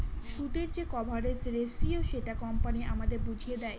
সুদের যে coverage ratio সেটা কোম্পানি আমাদের বুঝিয়ে দেয়